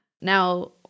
now